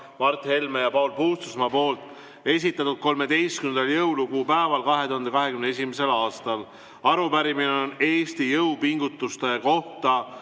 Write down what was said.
Mart Helme ja Paul Puustusmaa 13. jõulukuu päeval 2021. aastal. Arupärimine on Eesti jõupingutuste kohta